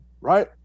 right